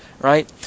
right